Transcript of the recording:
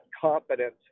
confidence